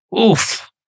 Oof